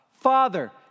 Father